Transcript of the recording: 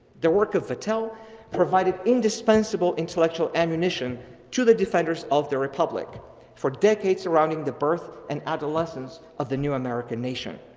the work of vattel provided indispensable intellectual ammunition to the defenders of the republic for decades surrounding the birth and adolescence of the new american nation.